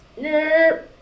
Nope